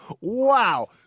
wow